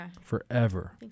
forever